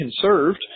conserved